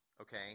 okay